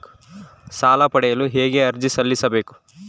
ಸಾಲ ಪಡೆಯಲು ಹೇಗೆ ಅರ್ಜಿ ಸಲ್ಲಿಸಬೇಕು?